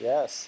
Yes